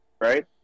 right